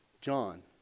John